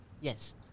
Yes